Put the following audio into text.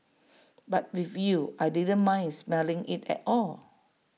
but with you I didn't mind smelling IT at all